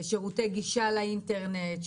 שירותי גישה לאינטרנט,